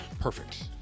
perfect